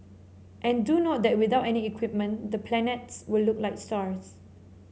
and do note that without any equipment the planets will look like stars